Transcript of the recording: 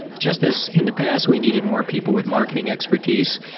just as in the past we needed more people with marketing expertise,